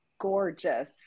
gorgeous